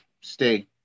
stay